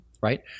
Right